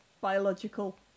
biological